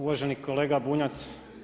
Uvaženi kolega Bunjac.